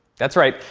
that's right,